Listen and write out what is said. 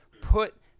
put